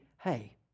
hey